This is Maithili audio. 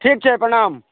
ठीक छै प्रणाम